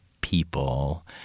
people